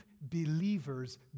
believers